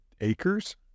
acres